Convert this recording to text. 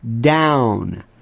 down